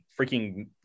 freaking